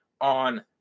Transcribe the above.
on